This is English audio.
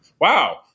wow